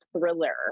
thriller